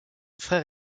frère